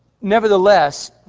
nevertheless